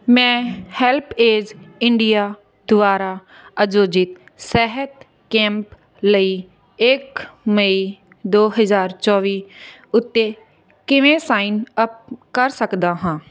ਮੈਂ HelpAge India ਦੁਆਰਾ ਆਯੋਜਿਤ ਸਿਹਤ ਕੈਂਪ ਲਈ ਇੱਕ ਮਈ ਦੋ ਹਜ਼ਾਰ ਚੌਵੀ ਉੱਤੇ ਕਿਵੇਂ ਸਾਈਨਅਪ ਕਰ ਸਕਦਾ ਹਾਂ